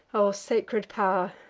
o sacred pow'r,